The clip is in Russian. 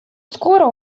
скоро